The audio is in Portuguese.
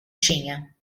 tinha